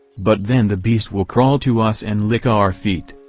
but then the beast will crawl to us and lick our feet.